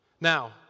Now